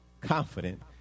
confident